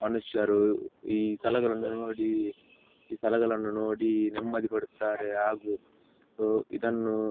ಮನುಷ್ಯರು ಈ ಸ್ಥಳಗಳನ್ನು ನೋಡಿ ಈ ಸ್ಥಳಗಳನ್ನು ನೋಡಿ ನೆಮ್ಮದಿ ಪಡುತ್ತಾರೆ ಹಾಗು ಇದನ್ನು